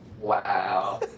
Wow